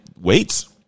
weights